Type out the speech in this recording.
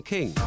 King